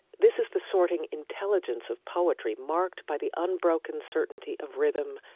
this is the sorting intelligence of poetry, marked by the unbroken certainty of rhythm,